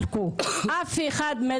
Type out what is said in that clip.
בטיגריי ואף אחד לא